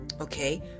Okay